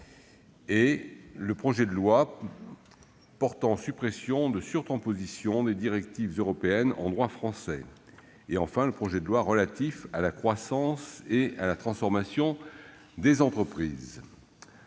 le projet de loi portant suppression de surtranspositions des directives européennes en droit français et le projet de loi relatif à la croissance et à la transformation des entreprises,